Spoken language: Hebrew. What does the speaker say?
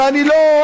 ואני לא,